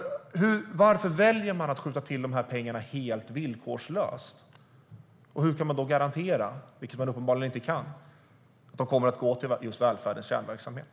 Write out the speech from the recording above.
Varför väljer man att skjuta till dessa pengar helt villkorslöst? Hur kan man då garantera - vilket man uppenbart inte kan - att de kommer att gå just till välfärdens kärnverksamhet?